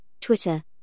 Twitter